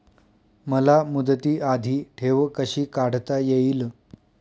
मला मुदती आधी ठेव कशी काढता येईल?